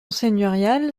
seigneuriale